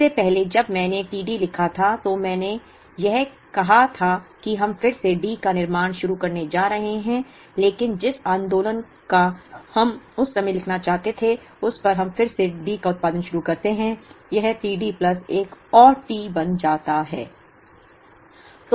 इससे पहले जब मैंने t D लिखा था तो मैं यह कहना चाह रहा था कि हम फिर से D का निर्माण शुरू करने जा रहे हैं लेकिन जिस आंदोलन को हम उस समय लिखना चाहते हैं जिस पर हम फिर से D का उत्पादन शुरू करते हैं यह t D प्लस एक और T बन जाता है